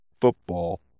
football